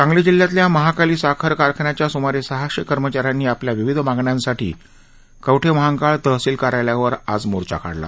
सांगली जिल्ह्यातल्या महाकाली साखर कारखान्याच्या सुमारे सहाशे कर्मचाऱ्यांनी आपल्या विविध मागण्यांसाठी कवठे महांकाळ तहसील कार्यालयावर आज मोर्चा काढला